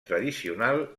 tradicional